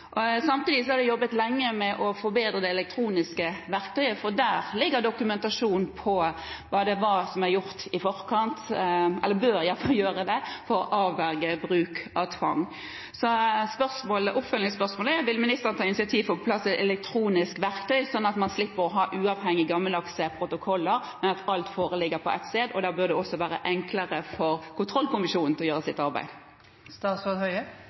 Samtidig er det jobbet lenge med å forbedre det elektroniske verktøyet, for der ligger dokumentasjonen på hva som er gjort i forkant – eller bør i hvert fall gjøre det – når det gjelder å avverge bruk av tvang. Oppfølgingsspørsmålet er: Vil ministeren ta initiativ for å få på plass elektronisk verktøy, sånn at man slipper å ha uavhengige, gammeldagse protokoller, men at alt foreligger på ett sted? Da burde det også være enklere for kontrollkommisjonen å gjøre sitt arbeid. Dette kommer vi til å